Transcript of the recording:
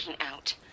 out